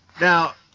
now